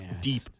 deep